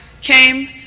came